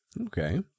Okay